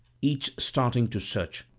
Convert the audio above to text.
each starting to search.